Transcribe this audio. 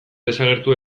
desagertu